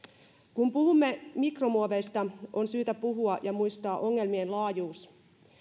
kun puhumme mikromuoveista on syytä muistaa ongelmien laajuus